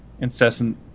incessant